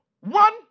one